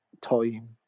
time